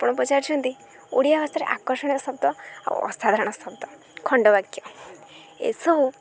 ଆପଣ ପଚାରୁଛନ୍ତି ଓଡ଼ିଆ ଭାଷାରେ ଆକର୍ଷଣୀୟ ଶବ୍ଦ ଆଉ ଅସାଧାରଣ ଶବ୍ଦ ଖଣ୍ଡବାକ୍ୟ ଏସବୁ